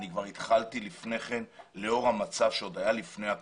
אני כבר התחלתי לפני כן לאור המצב שעוד היה לפני הקורונה.